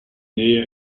nähe